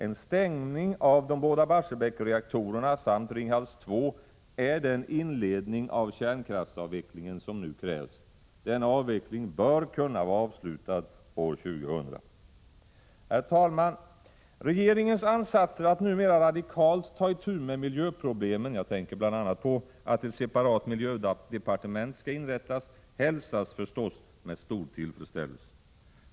En stängning av de båda Barsebäcksreaktorerna samt Ringhals 2 är den inledning av kärnkraftsavvecklingen som nu krävs. Denna avveckling bör kunna vara avslutad år 2000. Herr talman! Regeringens ansatser att nu mera radikalt ta itu med miljöproblemen — jag tänker bl.a. på att ett separat miljödepartement skall inrättas — hälsas med tillfredsställelse.